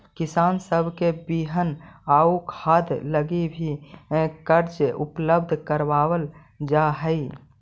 किसान सब के बिहन आउ खाद लागी भी कर्जा उपलब्ध कराबल जा हई